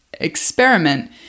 experiment